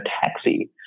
taxi